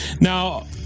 Now